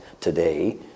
today